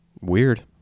weird